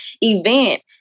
event